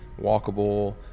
walkable